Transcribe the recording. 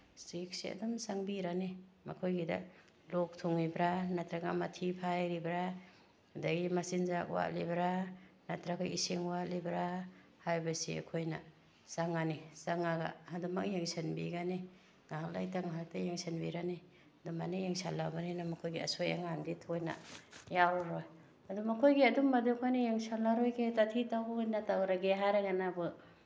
ꯆꯦꯛꯁꯤ ꯑꯗꯨꯝ ꯆꯪꯕꯤꯔꯅꯤ ꯃꯈꯣꯏꯒꯤꯗ ꯂꯣꯛ ꯊꯨꯡꯉꯤꯕ꯭ꯔꯥ ꯅꯠꯇ꯭ꯔꯒ ꯃꯊꯤ ꯐꯥꯏꯔꯤꯕ꯭ꯔꯥ ꯑꯗꯨꯗꯩ ꯃꯆꯤꯟꯖꯥꯛ ꯋꯥꯠꯂꯤꯕ꯭ꯔꯥ ꯅꯠꯇ꯭ꯔꯒ ꯏꯁꯤꯡ ꯋꯥꯠꯂꯤꯕ꯭ꯔꯥ ꯍꯥꯏꯕꯁꯤ ꯑꯩꯈꯣꯏꯅ ꯆꯪꯉꯅꯤ ꯆꯪꯉꯒ ꯑꯗꯨꯃꯛ ꯌꯦꯡꯁꯟꯕꯤꯒꯅꯤ ꯉꯥꯏꯍꯥꯛ ꯂꯩꯇ ꯉꯥꯏꯍꯥꯛꯇ ꯌꯦꯡꯁꯤꯟꯕꯤꯔꯅꯤ ꯑꯗꯨꯃꯥꯏꯅ ꯌꯦꯡꯁꯜꯂꯕꯅꯤꯅ ꯃꯈꯣꯏꯒꯤ ꯑꯁꯣꯏ ꯑꯉꯥꯝꯗꯤ ꯊꯣꯏꯅ ꯌꯥꯎꯔꯔꯣꯏ ꯑꯗꯨ ꯃꯈꯣꯏꯒꯤ ꯑꯗꯨꯝꯕꯗꯨ ꯑꯩꯈꯣꯏꯅ ꯌꯦꯡꯁꯜꯂꯔꯣꯏꯒꯦ ꯇꯥꯊꯤ ꯇꯥꯑꯣꯏꯅ ꯇꯧꯔꯒꯦ ꯍꯥꯏꯔꯒꯅꯕꯨ